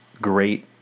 great